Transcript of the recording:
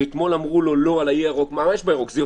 שאתמול אמרו לו לא על האי הירוק, הולך